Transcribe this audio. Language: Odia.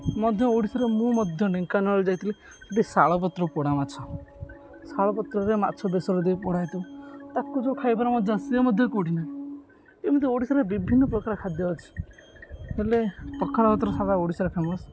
ମଧ୍ୟ ଓଡ଼ିଶାରେ ମୁଁ ମଧ୍ୟ ଢେଙ୍କାନାଳ ଯାଇଥିଲି ସେଇଠି ଶାଳପତ୍ର ପୋଡ଼ା ମାଛ ଶାଳପତ୍ରରେ ମାଛ ବେସର ଦେଇ ପୋଡ଼ାହୋଇଥିବ ତାକୁ ଯେଉଁ ଖାଇବାରେ ମଧ୍ୟ ଆସେ ମଧ୍ୟ କେଉଁଠି ନାହିଁ ଏମିତି ଓଡ଼ିଶାରେ ବିଭିନ୍ନପ୍ରକାର ଖାଦ୍ୟ ଅଛି ହେଲେ ପଖାଳ ଭାତଟା ସାରା ଓଡ଼ିଶାରେ ଫେମସ୍